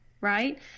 right